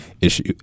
issue